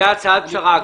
זו הצעת פשרה.